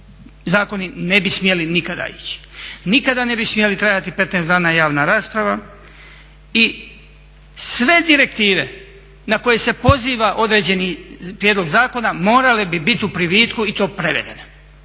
zakoni ne bi smjeli nikada ići. Nikada ne bi smjela trajati 15 dana javna rasprava i sve direktive na koje se poziva određeni prijedlog zakona morale bi biti u privitku i to prevedene